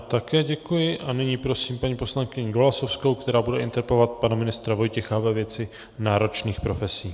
Také děkuji a nyní prosím paní poslankyni Golasowskou, která bude interpelovat pana ministra Vojtěcha ve věci náročných profesí.